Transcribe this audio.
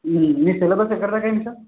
మీ syllabus ఎక్కడిదాకా చేయించావు